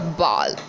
ball